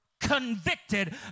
Convicted